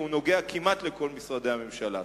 והוא נוגע כמעט לכל משרדי הממשלה.